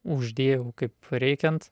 uždėjau kaip reikiant